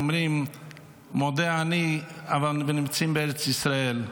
ואומרים מודה אני, הם נמצאים בארץ ישראל.